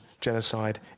Genocide